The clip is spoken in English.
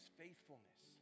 faithfulness